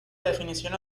definición